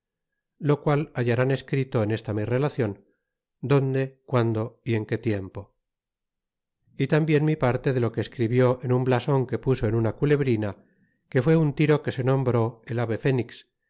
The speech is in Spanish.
lo qual hallarán escrito en esta mi relacion donde guando y en qué tiempo y tambien mi parte de lo que escribió en un blason que puso en una culebrina que fué un tiro que se nombró el ave fenix